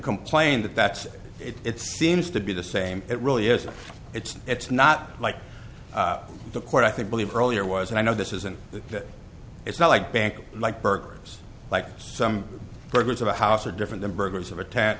complain that that's it seems to be the same it really is it's it's not like the court i think believe earlier was and i know this isn't that it's not like bank like burglars like some burglars of a house are different than burglars of attack